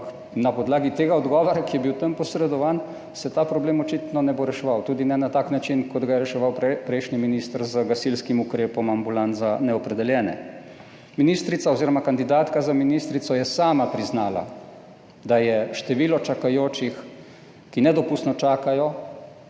na podlagi tega odgovora, ki je bil tam posredovan, se ta problem očitno ne bo reševal, tudi ne na tak način, kot ga je reševal prejšnji minister z gasilskim ukrepom ambulant za neopredeljene. Ministrica oziroma kandidatka za ministrico je sama priznala, da je število čakajočih, ki nedopustno čakajo